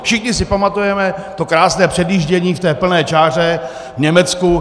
Všichni si pamatujeme to krásné předjíždění v plné čáře v Německu.